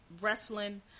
wrestling